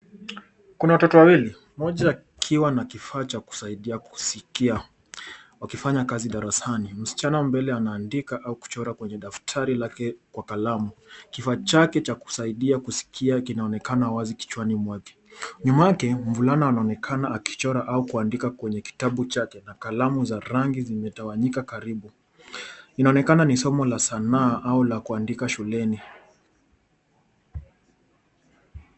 Kuna watoto wawili, mmoja akiwa na kifaa cha kusaidia kusikia wakifanya kazi darasani. Msichana mbele anaandika au kuchora kwenye daftari lake kwa kalamu. Kifaa chake cha kusaidia kusikia kinaonekana wazi kichwani mwake. Nyuma yake mvulana anaonekana kuandika au kuchora kwenye kitabu chake na kalamu za rangi zimetawanyika karibu. Inaonekana ni simo la sanaa au la kuandika shuleni.